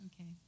Okay